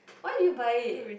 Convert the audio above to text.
why did you buy it